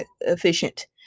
efficient